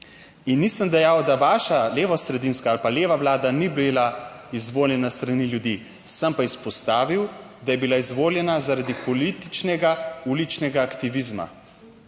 in nisem dejal, da vaša levosredinska ali pa leva vlada ni bila izvoljena s strani ljudi, sem pa izpostavil, da je bila izvoljena, zaradi političnega uličnega aktivizma,